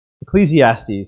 Ecclesiastes